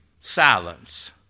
Silence